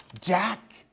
Jack